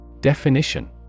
Definition